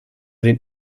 den